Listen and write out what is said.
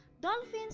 Dolphins